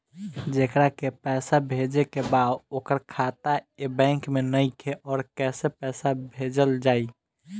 जेकरा के पैसा भेजे के बा ओकर खाता ए बैंक मे नईखे और कैसे पैसा भेजल जायी?